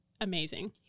amazing